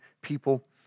people